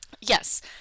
Yes